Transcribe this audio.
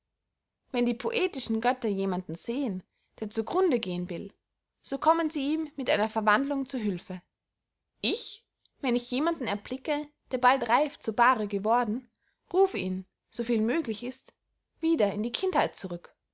wenn die poetischen götter jemanden sehen der zu grunde gehen will so kommen sie ihm mit einer verwandlung zu hülfe ich wenn ich jemanden erblike der bald reif zur baare geworden ruf ihn so viel möglich ist wieder in die kindheit zurück